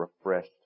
refreshed